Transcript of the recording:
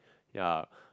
ya